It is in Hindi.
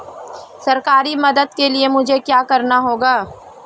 सरकारी मदद के लिए मुझे क्या करना होगा?